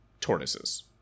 tortoises